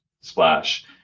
splash